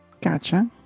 Gotcha